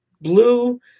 blue